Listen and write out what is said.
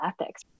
ethics